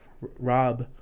Rob